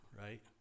Right